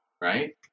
right